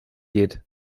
geht